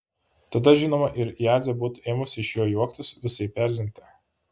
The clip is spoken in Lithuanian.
tada žinoma ir jadzė būtų ėmusi iš jo juoktis visaip erzinti